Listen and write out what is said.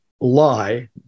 lie